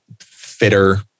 fitter